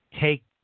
take